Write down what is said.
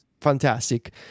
fantastic